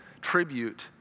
tribute